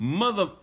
mother